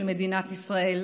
של מדינת ישראל,